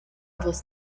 você